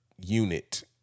unit